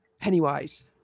Pennywise